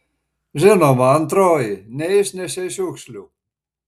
žinoma antroji neišnešei šiukšlių